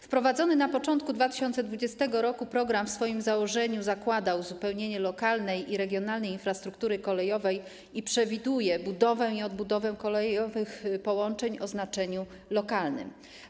Wprowadzony na początku 2020 r. program w swoim założeniu zakładał uzupełnienie lokalnej i regionalnej infrastruktury kolejowej i przewidywał budowę i odbudowę kolejowych połączeń o znaczeniu lokalnym.